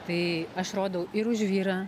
tai aš rodau ir už vyrą